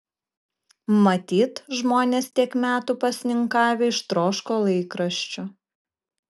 matyt žmonės tiek metų pasninkavę ištroško laikraščių